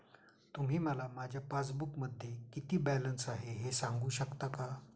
तुम्ही मला माझ्या पासबूकमध्ये किती बॅलन्स आहे हे सांगू शकता का?